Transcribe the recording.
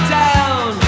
down